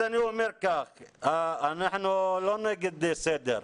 אנחנו לא נגד סדר,